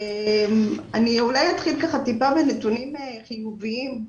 אני אולי אתחיל טיפה בנתונים חיוביים.